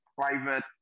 private